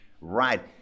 Right